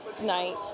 night